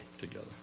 together